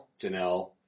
Janelle